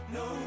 no